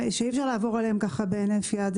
ואי-אפשר לעבור עליהם בהינף יד.